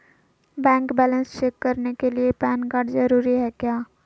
Bank balance check करने के लिए पैन कार्ड जरूरी है क्या?